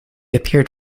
appeared